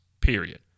period